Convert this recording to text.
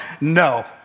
no